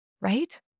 right